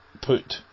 put